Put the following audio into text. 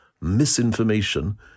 misinformation